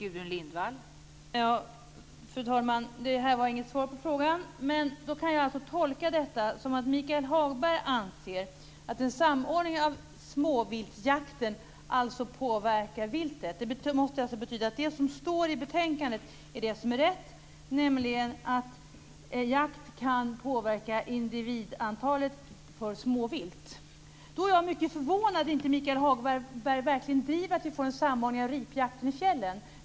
Fru talman! Det var inget svar på frågorna. Jag tolkar detta så att Michael Hagberg anser att en samordning av småviltsjakten påverkar viltet. Det måste betyda att det som står i betänkandet är det rätta, nämligen att jakt kan påverka småviltets individantal. Jag är då mycket förvånad över att Michael Hagberg inte driver att vi får en samordning av ripjakten i fjällen.